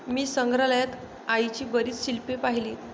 मी संग्रहालयात आईची बरीच शिल्पे पाहिली